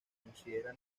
considera